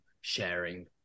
sharing